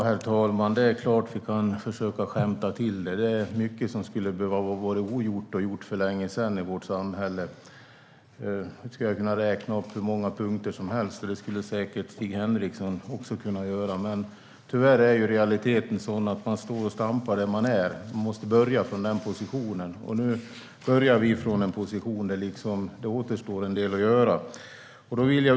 Herr talman! Det är klart att vi kan försöka skämta till det. Det är mycket som skulle behöva vara både ogjort och gjort för länge sedan i vårt samhälle. Jag skulle kunna räkna upp hur många punkter som helst, och det skulle säkert Stig Henriksson också kunna göra. Tyvärr är realiteten sådan att man står och stampar där man är. Man måste börja från den positionen. Och nu börjar vi från en position där det återstår en del att göra.